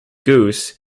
goose